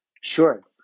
Sure